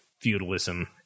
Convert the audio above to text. feudalism